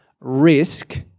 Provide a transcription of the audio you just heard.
risk